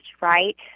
right